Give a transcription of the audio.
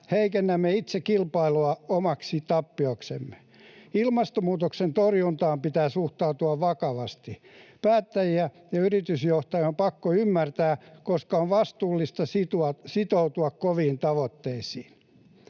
Heikennämme itse kilpailua omaksi tappioksemme. Ilmastonmuutoksen torjuntaan pitää suhtautua vakavasti. Päättäjien ja yritysjohtajien on pakko ymmärtää, koska on vastuullista sitoutua koviin tavoitteisiin.